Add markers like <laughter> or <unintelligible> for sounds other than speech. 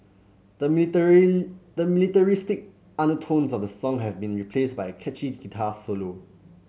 the <unintelligible> the militaristic undertones of the song have been replaced by a catchy guitar solo